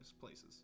places